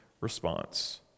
response